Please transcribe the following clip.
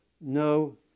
no